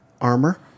armor